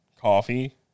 coffee